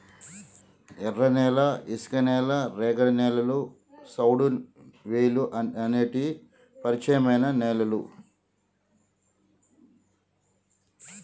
ఎర్రనేల, ఇసుక నేల, రేగడి నేలలు, సౌడువేలుఅనేటి పరిచయమైన నేలలు